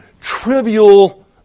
trivial